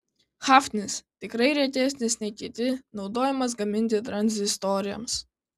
hafnis tikrai retesnis nei kiti naudojamas gaminti tranzistoriams